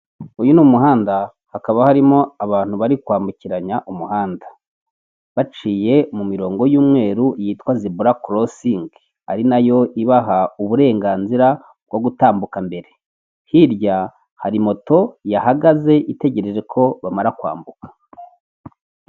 Uyu ni umuhanda hakaba harimo abantu bari kwambukiranya umuhanda, baciye mu mirongo y'umweru yitwa zibura korosingi, ari nayo ibaha uburenganzira bwo gutambuka mbere, hirya hari moto yahagaze itegereje ko bamara kwambuka.